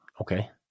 Okay